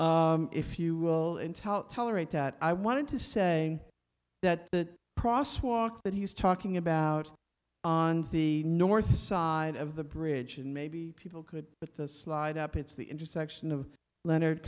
now if you will in tell telerate that i wanted to say that the process walk that he's talking about on the north side of the bridge and maybe people could but the slide up it's the intersection of leonard